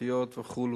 דתיות וכו',